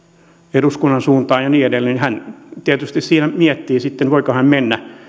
eduskunnan suuntaan ja niin edelleen hän siinä miettii voiko hän mennä